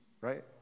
right